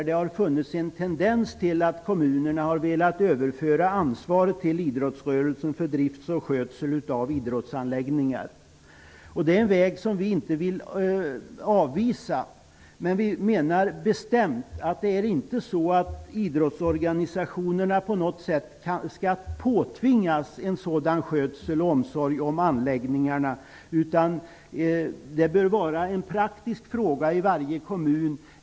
Det har funnits en tendens till att kommunerna har velat överföra ansvaret för drift och skötsel av idrottsanläggningar till idrottsrörelsen. Det är en väg som vi inte vill avvisa. Men vi menar bestämt att idrottsorganisationerna inte på något sätt skall påtvingas ansvaret för skötsel av och omsorg om anläggningarna. Det bör vara en praktisk fråga i varje kommun.